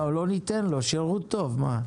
לא, לא ניתן לו, שירות טוב.